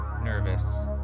nervous